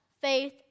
faith